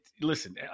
listen